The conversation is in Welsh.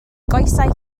goesau